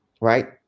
right